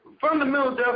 fundamental